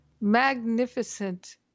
magnificent